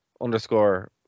underscore